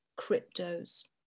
cryptos